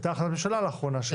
הייתה החלטת ממשלה לאחרונה.